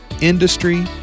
industry